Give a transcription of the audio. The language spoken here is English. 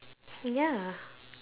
ya